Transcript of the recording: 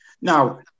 Now